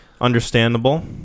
understandable